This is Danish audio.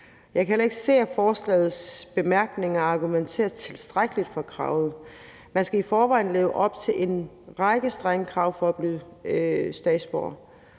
Jeg kan heller ikke se, at der i forslagets bemærkninger argumenteres tilstrækkeligt for kravet. Man skal i forvejen leve op til en række strenge krav for at blive statsborger.